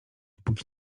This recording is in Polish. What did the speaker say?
póki